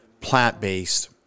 plant-based